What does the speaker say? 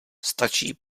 stačí